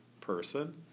person